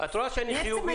את רואה שהבוקר אני חיובי.